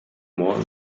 more